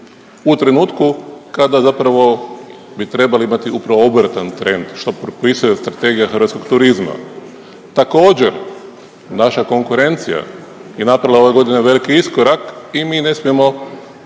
u trenutku kada zapravo bi trebali imati upravo obrtan trend što propisuje Strategija hrvatskog turizma. Također naša konkurencija je napravila ove godine veliki iskorak i mi ne smijemo